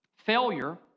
Failure